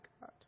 God